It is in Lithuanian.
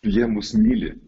jie mus myli